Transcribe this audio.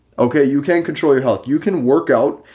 okay, you can control your health you can work out,